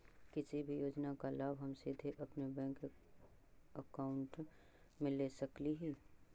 किसी भी योजना का लाभ हम सीधे अपने बैंक अकाउंट में ले सकली ही?